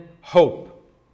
hope